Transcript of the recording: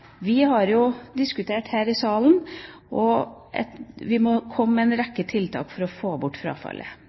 Vi har jo diskutert her i salen at vi må sette inn en rekke tiltak for å få bort frafallet.